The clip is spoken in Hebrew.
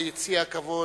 ביציע הכבוד,